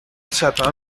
sapin